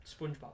SpongeBob